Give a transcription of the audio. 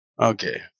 okay